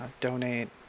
donate